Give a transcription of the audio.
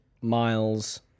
miles